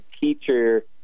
teacher